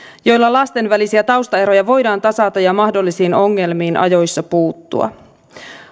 joilla lasten välisiä taustaeroja voidaan tasata ja mahdollisiin ongelmiin ajoissa puuttua